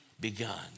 begun